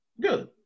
Good